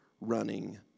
running